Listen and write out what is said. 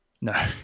No